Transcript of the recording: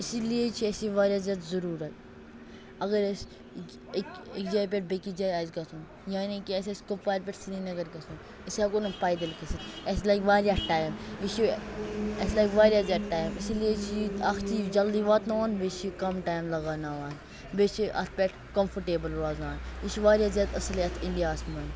اِسی لیے چھُ اَسہِ یہِ واریاہ زیادٕ ضرورَت اَگَر اَسہِ اَکہِ جایہِ پیٚٹھٕ بیٚکِس جایہِ آسہِ گَژھُن یعنے کہِ اَسہِ آسہِ کۄپوارِ پیٚٹھِ سرینَگَر گَژھُن أسۍ ہیٚکو نہٕ پیدَل گٔژھِتھ اَسہِ لَگہِ واریاہ ٹایِم یہِ چھُ اَسہِ لَگہِ واریاہ زیادٕ ٹایِم اِسلیے چھُ یہِ اکھ چھُ یہِ جَلدی واتناوان بییٚہِ چھُ یہِ کم ٹایِم لَگاناوان بییٚہِ چھ اتھ پیٚٹھ کَمفٲٹیبل روزان یہِ چھُ واریاہ زیادٕ اَصل یتھ اِنڈیاہَس مَنٛز